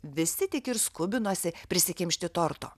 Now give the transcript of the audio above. visi tik ir skubinosi prisikimšti torto